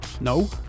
No